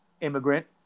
immigrant